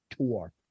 tour